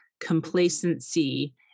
complacency